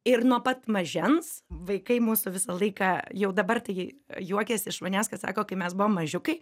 ir nuo pat mažens vaikai mūsų visą laiką jau dabar tai juokiasi iš manęs kad sako kai mes buvom mažiukai